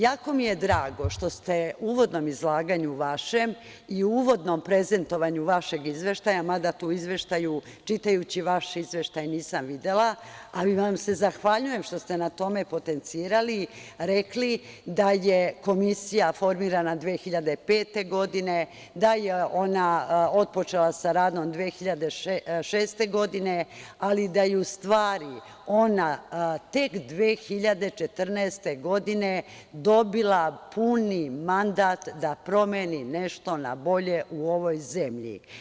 Jako mi je drago što ste u vašem uvodnom zalaganju i u uvodnom prezentovanju vašeg izveštaja, mada tu u izveštaju, čitajući vaš izveštaj nisam videla, ali vam se zahvaljujem što ste na tome potencirali i rekli da je Komisija formirana 2005. godine, da je ona otpočela sa radom 2006. godine, ali da je u stvari ona tek 2014. godine dobila puni mandat da promeni nešto na bolje u ovoj zemlji.